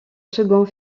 second